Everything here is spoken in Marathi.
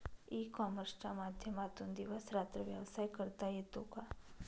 ई कॉमर्सच्या माध्यमातून दिवस रात्र व्यवसाय करता येतो का?